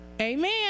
Amen